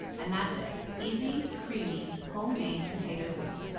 and that's it, easy creamy homemade potato soup.